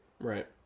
Right